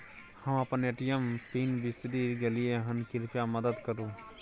हम अपन ATM pin बिसरि गलियै हन, कृपया मदद करु